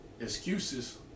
excuses